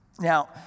Now